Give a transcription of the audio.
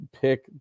pick